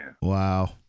wow